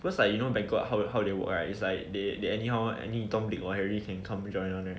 because like you know banquet how how they work right it's like they they anyhow any tom dick or harry can come join [one] right